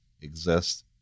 exist